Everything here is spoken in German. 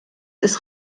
ist